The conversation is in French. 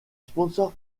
sponsor